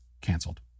canceled